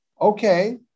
Okay